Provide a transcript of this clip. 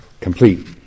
complete